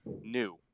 new